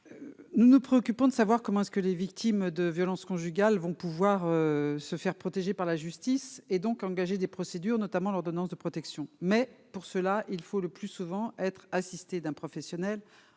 nous nous préoccupons de savoir comment est-ce que les victimes de violences conjugales, vont pouvoir se faire protéger par la justice et donc engager des procédures notamment l'ordonnance de protection, mais pour cela il faut le plus souvent être assisté d'un professionnel,